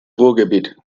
ruhrgebiet